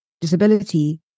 disability